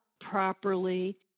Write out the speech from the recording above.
properly